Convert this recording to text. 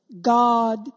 God